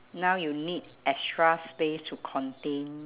now you need extra space to contain